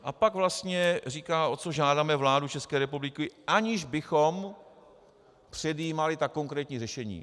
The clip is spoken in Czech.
A pak vlastně říká, o co žádáme vládu České republiky, aniž bychom předjímali ta konkrétní řešení.